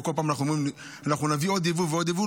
וכל פעם אנחנו אומרים: נביא עוד יבוא ועוד יבוא.